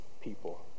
people